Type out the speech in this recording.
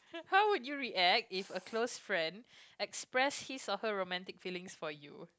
how would you react if a close friend express his or her romantic feelings for you